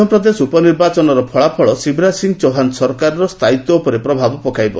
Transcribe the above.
ମଧ୍ୟପ୍ରଦେଶ ଉପ ନିର୍ବାଚନର ଫଳାଫଳ ଶିରାଜ ସିଂ ଚୌହ୍ବାନ ସରକାରର ସ୍ଥାୟୀତ୍ୱ ଉପରେ ପ୍ରଭାବ ପକାଇବ